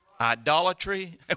Idolatry